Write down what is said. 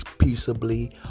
peaceably